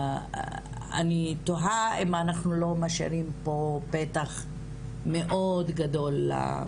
אני תוהה אם אנחנו לא משאירים פה פתח מאוד גדול.